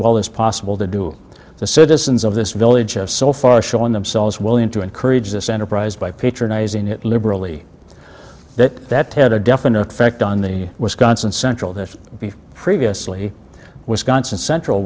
well as possible to do the citizens of this village have so far shown themselves willing to encourage this enterprise by patronizing it liberally that that ted a definite effect on the wisconsin central that previously wisconsin central